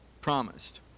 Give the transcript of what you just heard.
promised